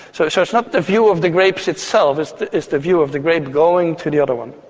so so it's not the view of the grape itself, it's the it's the view of the grape going to the other one.